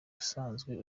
usanzwe